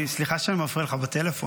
סליחה שאני מפריע לך בטלפון.